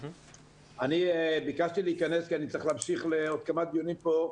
אני ביקשתי להיכנס כי אני צריך להמשיך לעוד כמה דיונים כאן.